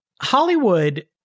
Hollywood